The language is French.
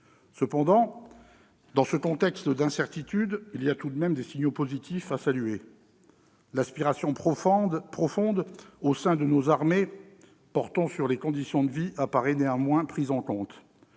Cependant, dans ce contexte d'incertitudes, il y a tout de même des signaux positifs à saluer. L'aspiration profonde au sein de nos armées portant sur les conditions de vie apparaît néanmoins prise en compte.